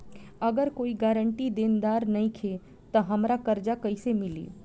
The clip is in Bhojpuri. अगर कोई गारंटी देनदार नईखे त हमरा कर्जा कैसे मिली?